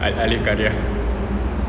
uh alis khadiar